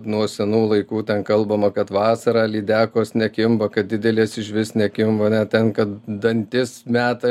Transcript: nuo senų laikų ten kalbama kad vasarą lydekos nekimba kad didelės išvis nekimba ne ten kad dantis meta